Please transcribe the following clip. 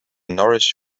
nourish